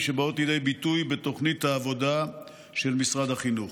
שהן באות לידי ביטוי בתוכנית העבודה של משרד החינוך: